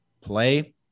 play